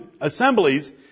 assemblies